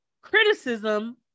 criticism